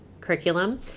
curriculum